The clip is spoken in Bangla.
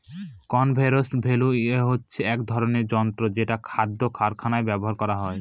কনভেয়র বেল্ট হচ্ছে এক ধরনের যন্ত্র যেটা খাদ্য কারখানায় ব্যবহার করা হয়